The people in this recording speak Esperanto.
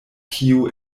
kiu